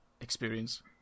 experience